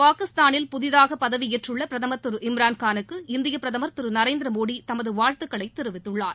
பாகிஸ்தானில் புதிதாக பதவியேற்றுள்ள பிரதமர் திரு இம்ரான்கானுக்கு இந்திய பிரதமர் திரு நரேந்திரமோடி தமது வாழ்த்துக்களை தெரிவித்துள்ளார்